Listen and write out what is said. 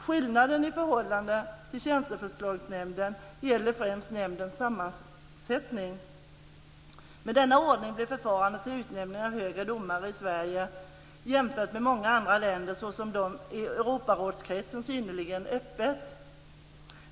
Skillnaden i förhållande till tjänsteförslagsnämnden gäller främst nämndens sammansättning. Med denna ordning blir förfarandet med utnämning av högre domare i Sverige jämfört med många andra länder, såsom de i Europarådskretsen, synnerligen öppet.